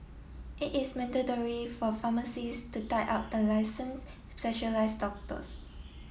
it is mandatory for pharmacies to tie up the licensed specialise doctors